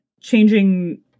changing